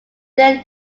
then